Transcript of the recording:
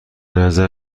نظرم